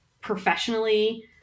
professionally